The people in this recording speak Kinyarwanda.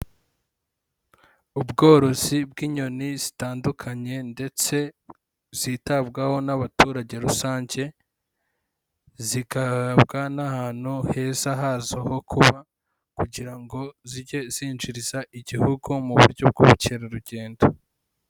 Ubworozi bw'inyoni zitandukanye ndetse zitabwaho n'abaturage rusange, zigahabwa n'ahantu heza hazo ho kuba, kugira ngo zijye zinjiriza igihugu, mu buryo bw'ubukerarugendo.